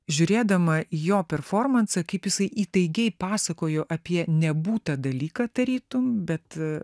žiūrėdama jo performansą kaip jisai įtaigiai pasakojo apie nebūtą dalyką tarytum bet